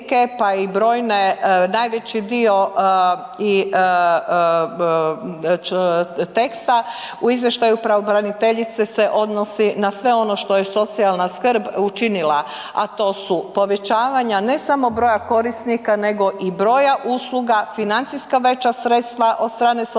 pa i brojne, najveći dio i teksta u izvještaju pravobraniteljice se odnosi na sve ono što je socijalna skrb učinila, a to su povećavanja ne samo broja korisnika nego i broja usluga, financijska veća sredstva od strane socijalne